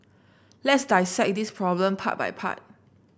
let's dissect this problem part by part